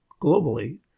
globally